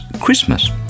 Christmas